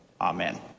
Amen